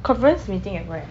conference meeting at where